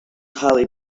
highly